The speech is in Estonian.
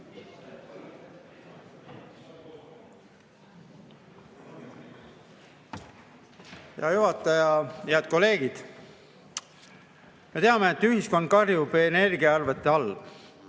Hea juhataja! Head kolleegid! Me teame, et ühiskond karjub energiaarvete all.